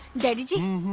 getting